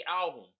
album